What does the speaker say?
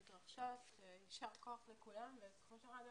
שמתרחשות, יישר כוח לכולם וכמו שרן אמר,